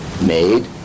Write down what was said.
made